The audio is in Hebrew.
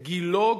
גילו,